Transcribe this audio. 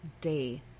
day